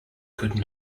could